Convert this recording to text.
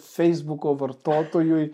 feisbuko vartotojui